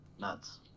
Nuts